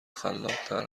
خلاقتر